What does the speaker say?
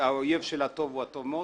האויב של הטוב הוא הטוב מאוד.